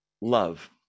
love